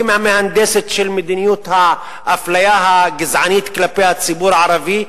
היא המהנדסת של מדיניות האפליה הגזענית כלפי הציבור הערבי,